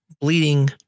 bleeding